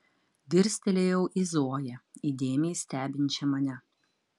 dirstelėjau į zoją įdėmiai stebinčią mane